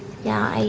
yeah,